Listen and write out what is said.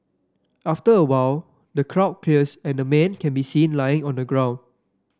after a while the crowd clears and a man can be seen lying on the ground